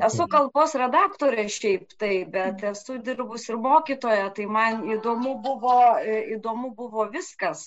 esu kalbos redaktorė šiaip taip bet esu dirbusi mokytoja tai man įdomu buvo įdomu buvo viskas